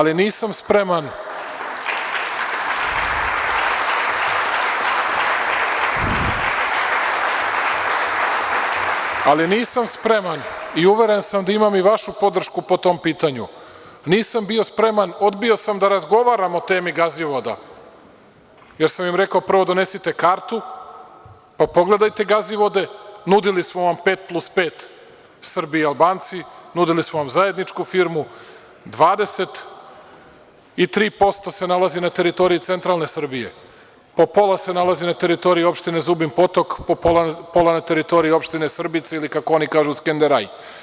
Nisam bio spreman, i uveren sam da imam i vašu podršku po tom pitanju, odbio sam da razgovaram o temi Gazivoda, jer sam im rekao – prvo donesite kartu pa pogledajte Gazivode, nudili smo vam pet plus pet, Srbi i Albanci, nudili smo vam zajedničku firmu, 23% se nalazi na teritoriji centralne Srbije, po pola se nalazi na teritoriji Opštine Zubin Potok, pola na teritoriji Opštine Srbice ili, kako oni kažu, Skenderaj.